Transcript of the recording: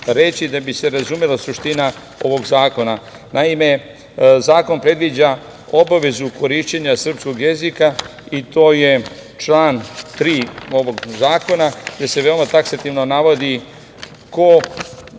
da bi se razumela suština ovog zakona. Naime, zakon predviđa obavezu korišćenja srpskog jezika i to je član 3. ovog zakona, gde se veoma taksativno navodi ko